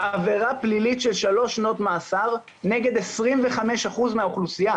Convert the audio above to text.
עבירה פלילית של 3 שעות מאסר נגד 25% מהאוכלוסייה.